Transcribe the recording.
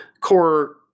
core